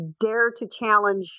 dare-to-challenge